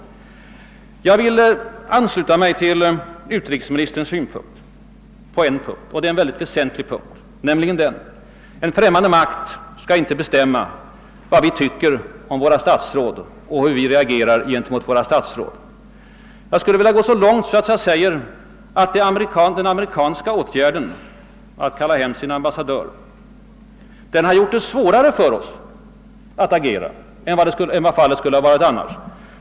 Jag vill ansluta mig till utrikesministerns synpunkt på en punkt — och det är en väsentlig punkt — nämligen den att en främmande makt inte skall bestämma vad vi tycker om våra statsråd och hur vi reagerar gentemot våra statsråd. Jag skulle vilja gå så långt att jag säger, att den amerikanska åtgärden att kalla hem sin ambassadör har gjort det svårare för oss att agera än vad fallet annars skulle ha varit.